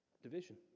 division